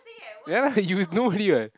ya lah you know already [what]